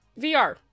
VR